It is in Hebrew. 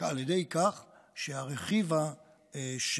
על ידי כך שהרכיב השני,